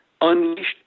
unleashed